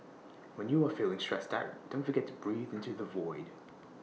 when you are feeling stressed out don't forget to breathe into the void